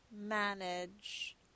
manage